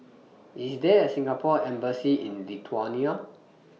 IS There A Singapore Embassy in Lithuania